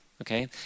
okay